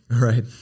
right